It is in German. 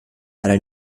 leider